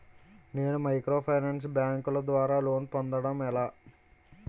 నేను మైక్రోఫైనాన్స్ బ్యాంకుల ద్వారా లోన్ పొందడం ఎలా?